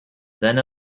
then